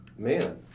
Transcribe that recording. man